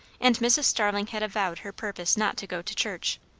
and mrs. starling had avowed her purpose not to go to church.